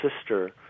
sister